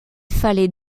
fallait